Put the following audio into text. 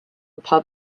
pub